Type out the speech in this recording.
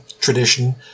tradition